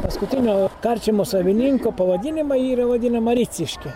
paskutinio karčiamos savininko pavadinima yra vadinama riciške